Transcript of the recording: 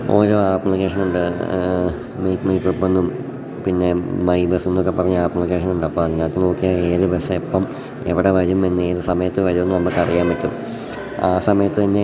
ഓരോ ആപ്ലിക്കേഷനുണ്ട് make my ട്രിപ്പെന്നും പിന്നെ മൈ ബസ്സെന്നൊക്കെ പറഞ്ഞ് ആപ്ലിക്കേഷനുണ്ടപ്പം അതിനകത്ത് നോക്കിയാൽ ഏത് ബസ്സ് എപ്പം എവിടെ വരുമെന്നത് സമയത്ത് വരും നമുക്കറിയാൻ പറ്റും ആ സമയത്ത് തന്നെ